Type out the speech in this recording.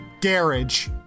Garage